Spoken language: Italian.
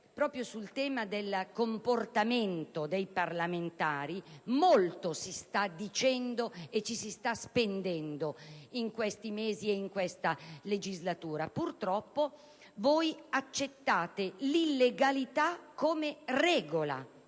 proprio sul tema del comportamento dei parlamentari molto si sta dicendo e molto ci si sta spendendo in questi mesi e in questa legislatura. Purtroppo voi accettate l'illegalità come regola